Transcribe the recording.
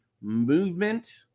movement